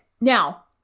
Now